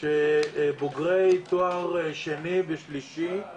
בוגרי תואר שני ושלישי,